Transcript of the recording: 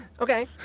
Okay